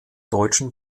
deutschen